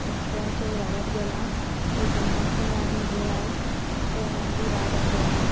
जें चड वाडत गेलां ऑटोमोशन आनी ए आय तें बी वाडत गेलां